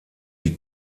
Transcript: die